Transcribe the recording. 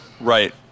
Right